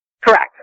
Correct